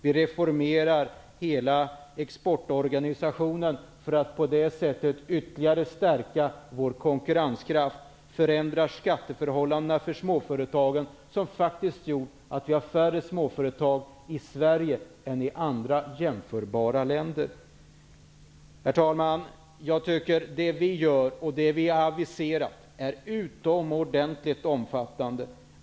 Vi reformerar hela exportorganisationen för att på det sättet ytterligare stärka vår konkurrenskraft. Vi förändrar skatteförhållandena för småföretagen, eftersom de har gjort att vi har färre småföretag i Sverige än i andra jämförbara länder. Herr talman! Jag tycker att det vi gör och det vi har aviserat är utomordentligt omfattande.